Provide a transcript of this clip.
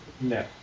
No